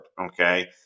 okay